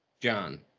John